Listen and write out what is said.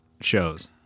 shows